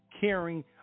caring